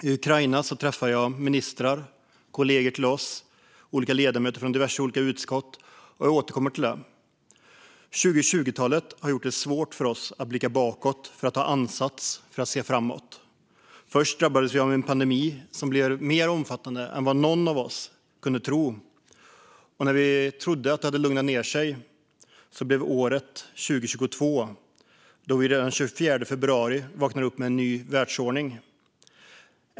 I Ukraina träffade jag ministrar och kollegor till oss - olika ledamöter från diverse utskott. Jag återkommer till det. 2020-talet har gjort det svårt för oss att blicka bakåt för att ta ansats och se framåt. Först drabbades vi av en pandemi som blev mer omfattande än vad någon av oss kunde tro, och när vi trodde att det hade lugnat ned sig blev 2022 året då vi den 24 februari vaknade upp med en ny världsordning.